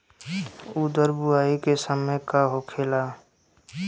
उरद बुआई के समय का होखेला?